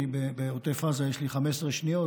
בעוטף עזה יש לי 15 שניות,